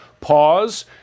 pause